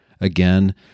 Again